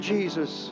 Jesus